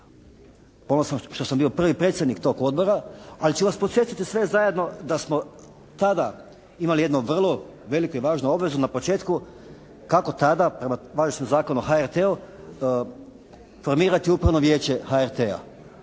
ponosan što sam bio prvi predsjednik tog odbora, ali ću vas podsjetiti sve zajedno da smo tada imali jednu vrlo veliku i važnu obvezu na početku, kako tada prema važećem Zakonu o HRT-u formirati Upravno vijeće HRT-a.